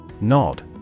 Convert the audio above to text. Nod